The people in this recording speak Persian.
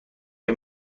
های